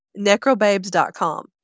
necrobabes.com